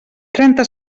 trenta